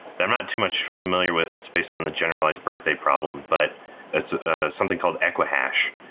i'm not too much familiar with, it's based on the generalized birthday problem, but it's ah something called equihash,